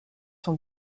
son